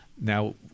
Now